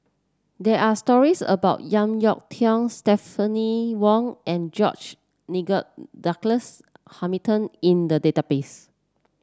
there are stories about JeK Yeun Thong Stephanie Wong and George Nigel Douglas Hamilton in the database